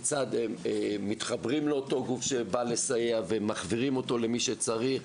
כיצד מתחברים לאותו גוף שבא לסייע ומחברים אותו למי שצריך.